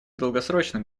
долгосрочным